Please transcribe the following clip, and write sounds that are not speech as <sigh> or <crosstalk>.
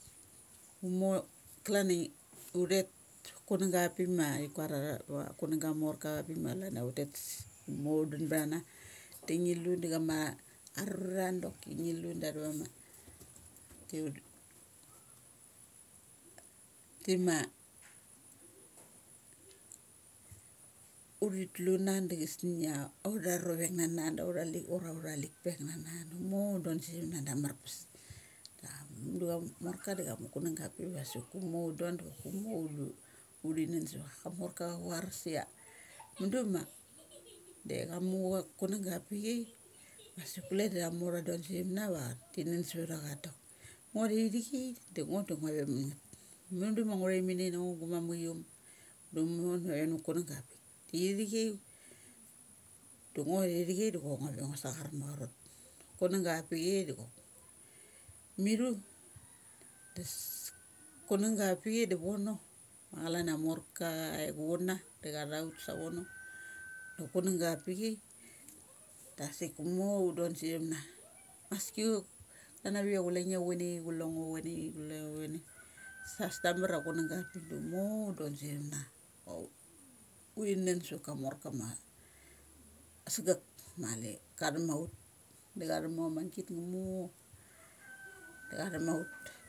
Umo klan a i uthet ma kunang ga ava pik ma uthet sa kunang ga ava pik ma thi kuara tha kunang ga morka ava pik ma chalan a tets, umo un dun btha na da ngi lu da chama arura doki ngi lu da athava ma ti van <noise> tima uthi tlu na da chasni a autha rovek nana da autha lik, autha lik rek nana da umo undon sam na da amar pes. Da amudu amorka da cha mu kunang ga ava pik vasik umo undon dun umo lu uthi nun sa vtha cha. Ka morka cha varas ia <noise> mun du ma de cha mu cha kunang ga ava pi chai, dasik kule da tha mo tha dunstham na va ti nun savtha cha. Ngo thai thi chai da ngo da ngua ve mangeth. Mun do ma angngu thaim ini na ngo gu mamukiom da umo da nave ma kunanga avapik. Ithi chai, da ngo thathi chai da chok ngua ve ngua sung ngar mar ma chorot kun ang ga ava pi chai da chok mi thu das kunang ga ava pi chai da vono ma chan a morka cha chun na da chatha ut sa vono, da kunang ga ava pi chai dasik umo un don satham na vasika <noise> clan avikia ngia chule ngie chuanai, kule ngo chuanai chule chuanai, <noise> sa stamar a chu ngang ga ava pik da umo un don sa thum na uth nun sa va ka morka ma sagek ma le ka tham ma ut. Da cha thum ma a magit umo <noise> da cha tum ma ut.